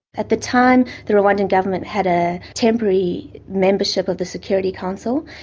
at the time the rwandan government had a temporary membership of the security council,